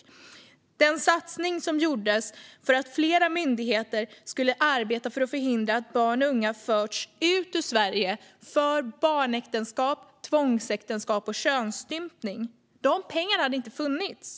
De pengar som lades på den satsning som gjordes för att flera myndigheter skulle arbeta för att förhindra att barn och unga förs ut ur Sverige för barnäktenskap, tvångsäktenskap och könsstympning hade inte funnits.